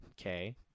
okay